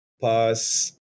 PAS